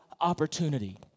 opportunity